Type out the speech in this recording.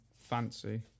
fancy